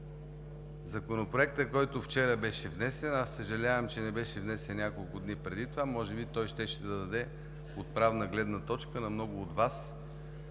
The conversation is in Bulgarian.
Законопроектът, който вчера беше внесен, аз съжалявам, че не беше внесен няколко дни преди това, може би той щеше да даде отправна гледна точка на много от Вас